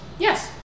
Yes